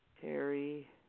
Terry